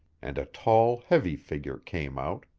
and a tall heavy figure came out.